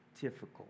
difficult